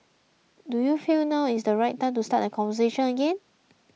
do you feel now is the right time to start that conversation again